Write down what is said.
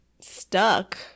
stuck